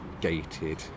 gated